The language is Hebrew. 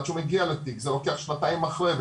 עד שהוא מגיע לתיק זה לוקח שנתיים אחרי,